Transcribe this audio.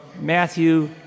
Matthew